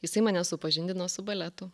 jisai mane supažindino su baletu